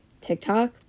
TikTok